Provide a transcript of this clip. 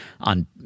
on